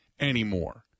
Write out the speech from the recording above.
anymore